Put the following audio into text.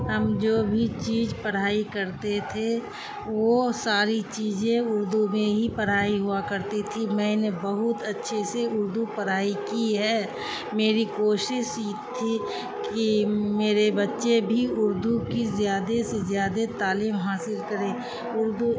ہم جو بھی چیز پڑھائی کرتے تھے وہ ساری چیزیں اردو میں ہی پڑھائی ہوا کرتی تھی میں نے بہت اچھے سے اردو پڑھائی کی ہے میری کوشش تھی کہ میرے بچے بھی اردو کی زیادہ سے زیادہ تعلیم حاصل کریں اردو